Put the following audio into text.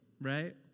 right